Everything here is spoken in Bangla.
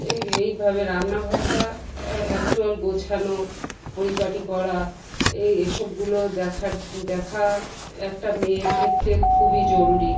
এই এইভাবে রান্নাঘরটা অ্যাকচুয়াল গোছানো পরিপাটি করা এই এ সবগুলো দেখার দেখা একটা মেয়ের ক্ষেত্রে খুবই জরুরি